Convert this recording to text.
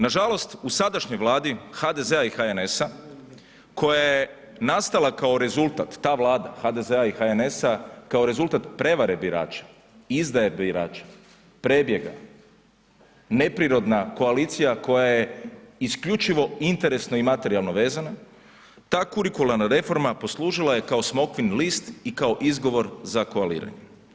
Nažalost u sadašnjoj Vladi HDZ-a i HNS-a koja je nastala kao rezultat, ta Vlada HDZ-a i HNS-a, kao rezultat prevare birača, izdaje birača, prebjega, neprirodna koalicija koja je isključivo interesno i materijalno vezana, ta kurikularna reforma poslužila je kao smokvin list i kao izgovor za koaliranje.